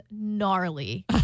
gnarly